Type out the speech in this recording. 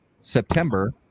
september